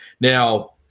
Now